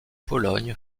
pologne